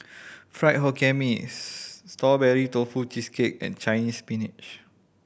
Fried Hokkien Mee Strawberry Tofu Cheesecake and Chinese Spinach